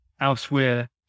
elsewhere